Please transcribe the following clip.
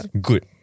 good